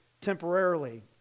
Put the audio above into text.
temporarily